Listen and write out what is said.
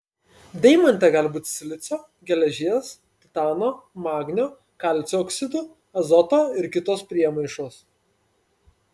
deimante gali būti silicio geležies titano magnio kalcio oksidų azoto ir kitos priemaišos